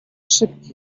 szybki